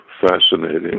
fascinating